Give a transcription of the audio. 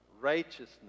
righteousness